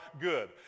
good